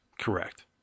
Correct